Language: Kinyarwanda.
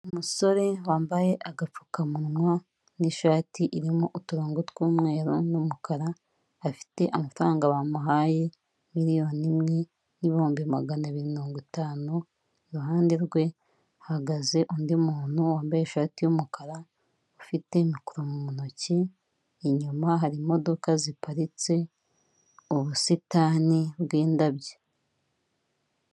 Umusore wambaye agapfukamunwa n'ishati irimo uturongo tw'umweru n'umukara ,afite amafaranga bamuhaye miliyoni imwe n'ibihumbi magana abiri mirongo itanu, iruhande rwe hahagaze undi muntu wambaye ishati y'umukara ufite mikoro mu ntoki, inyuma hari imodoka ziparitse mu ubusitani bw'indabyo.